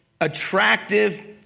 attractive